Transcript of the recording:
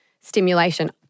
stimulation